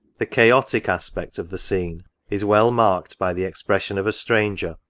the chaotic aspect of the scene is well marked by the expression of a stranger,